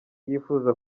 yifuza